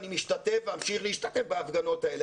ואני משתתף ואמשיך להשתתף בהפגנות האלה.